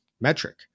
metric